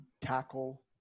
tackle